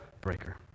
breaker